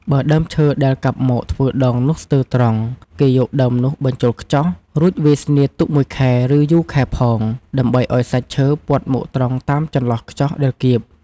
បើដើមឈើដែលកាប់មកធ្វើដងនោះស្ទើរត្រង់ គេយកដើមនោះបញ្ចូលខ្ចោះ រួចវាយស្នៀតទុកមួយខែ ឬយូរខែផង ដើម្បីឲ្យសាច់ឈើពត់មកត្រង់តាមចន្លោះខ្ចោះដែលកៀប ។